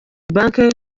banke